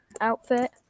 outfit